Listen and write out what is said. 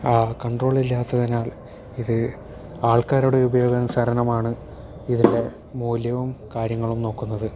ആ കൺട്രോളില്ലാത്തതിനാൽ ഇത് ആൾക്കാരുടെ ഉപയോഗാനുസരണമാണ് ഇതിൻ്റെ മൂല്യവും കാര്യങ്ങളും നോക്കുന്നത്